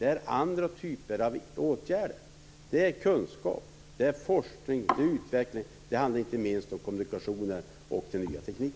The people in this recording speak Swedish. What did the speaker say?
Det är nu fråga om andra typer av åtgärder - kunskap, forskning, utveckling samt, inte minst, kommunikationer och ny teknik.